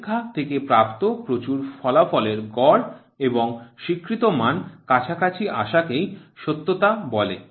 পরীক্ষা থেকে প্রাপ্ত প্রচুর ফলাফলের গড় এবং স্বীকৃত মান কাছাকাছি আসাকেই সত্যতা বলে